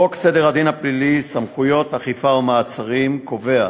חוק סדר הדין הפלילי (סמכויות אכיפה, מעצרים) קובע